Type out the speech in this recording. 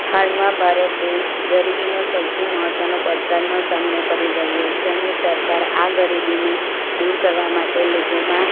હાલમાં ભારત દેશ ગરીબીનો સૌથી મહત્ત્વનો પડકારનો સામનો કરી રહ્યો છે અને સરકાર આ ગરીબીને દૂર કરવા માટે લોકોમાં